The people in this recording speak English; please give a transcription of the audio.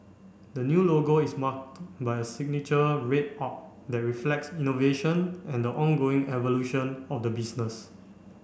the new logo is marked by a signature red arc that reflects innovation and the ongoing evolution of the business